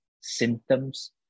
symptoms